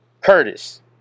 Curtis